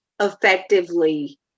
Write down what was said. effectively